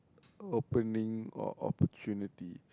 opening or opportunity